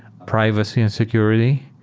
privacy and security,